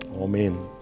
amen